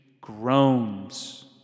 groans